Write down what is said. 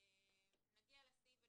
נגיע לסעיף ונתייחס.